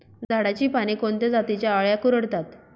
झाडाची पाने कोणत्या जातीच्या अळ्या कुरडतात?